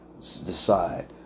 decide